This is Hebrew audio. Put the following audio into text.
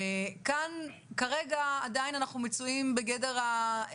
אנחנו מנסים להגדיר מהו